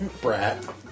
brat